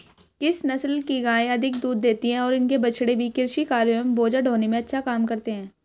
किस नस्ल की गायें अधिक दूध देती हैं और इनके बछड़े भी कृषि कार्यों एवं बोझा ढोने में अच्छा काम करते हैं?